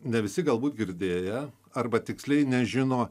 ne visi galbūt girdėję arba tiksliai nežino